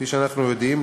כפי שאנחנו יודעים,